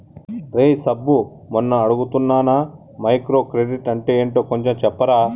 రేయ్ సబ్బు మొన్న అడుగుతున్నానా మైక్రో క్రెడిట్ అంటే ఏంటో కొంచెం చెప్పరా